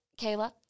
Kayla